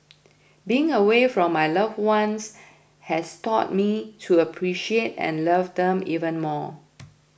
being away from my loved ones has taught me to appreciate and love them even more